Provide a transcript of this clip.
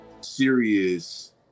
serious